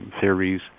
theories